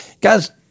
guys